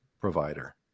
provider